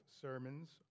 sermons